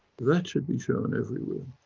that should be shown everywhere.